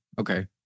okay